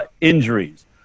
injuries